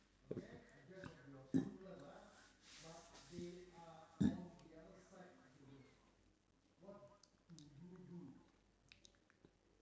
okay